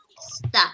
Stop